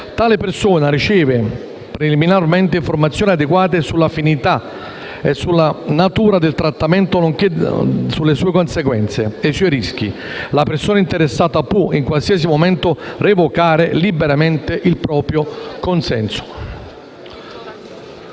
Tale persona riceve preliminarmente informazioni adeguate sulle finalità e sulla natura del trattamento nonché sulle sue conseguenze e i suoi rischi. La persona interessata può, in qualsiasi momento, revocare liberamente il proprio consenso».